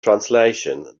translation